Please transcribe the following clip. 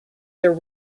their